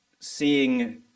seeing